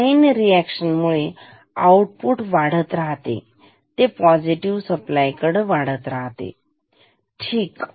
आणि chain reaction मुळे output वाढत राहते ते पॉझिटिव सप्लाय कडे वाढत राहते ठीक